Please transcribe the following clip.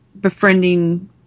befriending –